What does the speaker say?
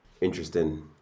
interesting